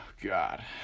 god